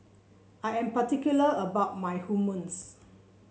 I am particular about my Hummus